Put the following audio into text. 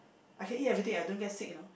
I can eat everyday and I don't get sick you know